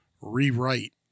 rewrite